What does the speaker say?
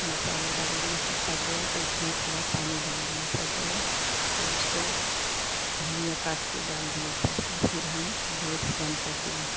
मसाला डाल दिए सब पक गया तो उसमे थोड़ा पानी डाल दिए पक गया तो उसको धनिया काट के डाल दिए उपर से फिर हम गैस बंद कर दिए